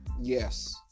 Yes